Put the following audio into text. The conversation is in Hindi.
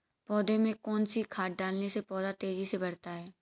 पौधे में कौन सी खाद डालने से पौधा तेजी से बढ़ता है?